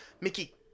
Mickey